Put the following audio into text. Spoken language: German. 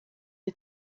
ihr